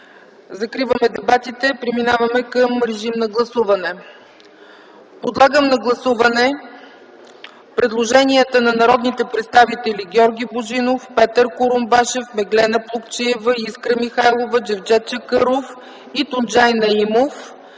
Закриваме дебатите, преминаваме към режим на гласуване. Моля, гласувайте предложенията на народните представители Георги Божинов, Петър Курумбашев, Меглена Плугчиева, Искра Михайлова, Джевдет Чакъров и Тунджай Наимов